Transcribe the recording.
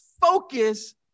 focus